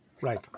Right